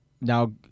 now